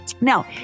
Now